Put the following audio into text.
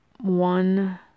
one